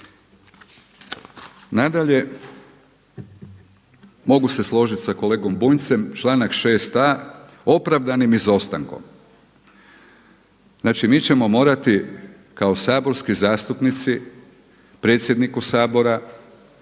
u to. Nadalje, mogu se složiti sa kolegom Bunjcem, članak 6.a, „opravdanim izostankom“. Znači mi ćemo morati kao saborski zastupnici predsjedniku Sabora